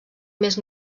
més